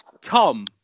Tom